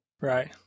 right